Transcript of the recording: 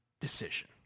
decision